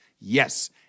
yes